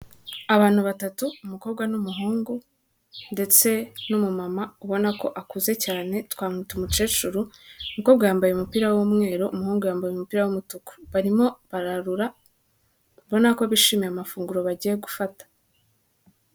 Abantu batatu umukobwa n'umuhungu ndetse n'umumama ubona ko akuze cyane, twamwita umukecuru umukobwa yambaye umupira w'umweru, umuhungu yambaye umupira w'umutuku, barimo bararura ubona ko bishimiye amafunguro bagiye gufata.